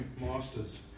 masters